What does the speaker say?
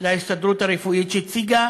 להסתדרות הרפואית שהציגה